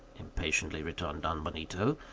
impatiently returned don benito,